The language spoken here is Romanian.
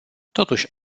totuși